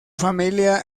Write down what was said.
familia